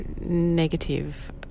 negative